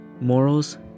morals